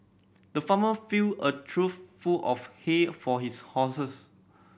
the farmer filled a trough full of hay for his horses